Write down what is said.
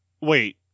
wait